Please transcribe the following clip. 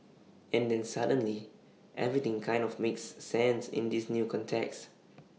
and then suddenly everything kind of makes sense in this new context